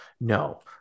no